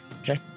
Okay